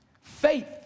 Faith